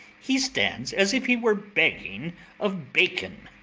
he stands as if he were begging of bacon.